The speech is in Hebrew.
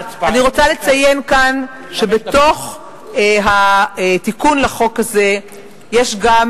אני רוצה לציין כאן שבתוך התיקון לחוק הזה יש גם